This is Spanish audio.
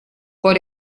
por